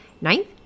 Ninth